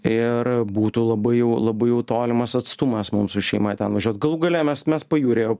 ir būtų labai jau labai jau tolimas atstumas mums su šeima ten važiuot galų gale mes mes pajūryje